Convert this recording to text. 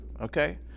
Okay